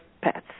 pets